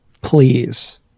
please